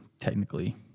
technically